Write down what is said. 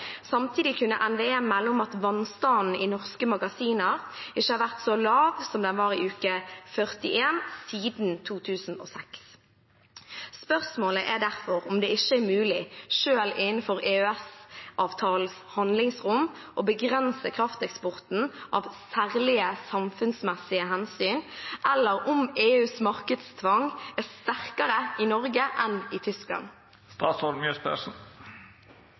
Samtidig kunne NVE melde om at vannstanden i norske magasiner ikke har vært så lav som den var i uke 41, siden 2006. Spørsmålet er derfor om det ikke er mulig, selv innenfor EØS-avtalens handlingsrom, å begrense krafteksporten av særlige samfunnsmessige hensyn, eller om EUs markedstvang er sterkere i Norge enn i